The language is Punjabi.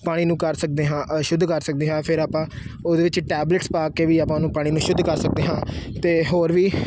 ਪਾਣੀ ਨੂੰ ਕਰ ਸਕਦੇ ਹਾਂ ਸ਼ੁੱਧ ਕਰ ਸਕਦੇ ਹਾਂ ਫਿਰ ਆਪਾਂ ਉਹਦੇ ਵਿੱਚ ਟੈਬਲੇਟਸ ਪਾ ਕੇ ਵੀ ਆਪਾਂ ਉਹਨੂੰ ਪਾਣੀ ਨੂੰ ਸ਼ੁੱਧ ਕਰ ਸਕਦੇ ਹਾਂ ਅਤੇ ਹੋਰ ਵੀ